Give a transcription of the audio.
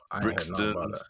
Brixton